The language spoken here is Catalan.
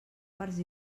parts